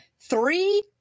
Three